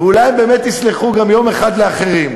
ואולי הם באמת יסלחו גם יום אחד לאחרים.